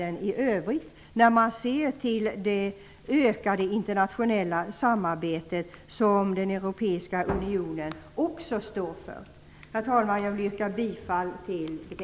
Den europeiska unionen står ju också för ett ökat internationellt samarbete. Herr talman! Jag yrkar bifall till hemställan i detta betänkande.